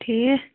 ٹھیٖک